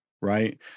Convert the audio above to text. right